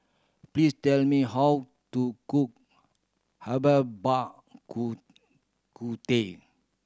please tell me how to cook herbal bak ku ku teh